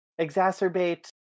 Exacerbate